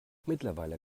mittlerweile